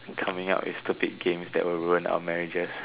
coming up with stupid games that will ruin our marriages